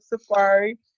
safari